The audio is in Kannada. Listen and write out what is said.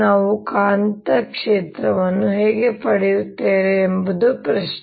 ನಾವು ಕಾಂತಕ್ಷೇತ್ರವನ್ನು ಹೇಗೆ ಪಡೆಯುತ್ತೇವೆ ಎಂಬುದು ಪ್ರಶ್ನೆ